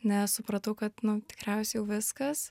nes supratau kad nu tikriausiai jau viskas